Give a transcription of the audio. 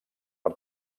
per